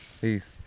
Peace